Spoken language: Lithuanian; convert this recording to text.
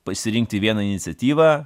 pasirinkti vieną iniciatyvą